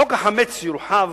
חוק החמץ יורחב,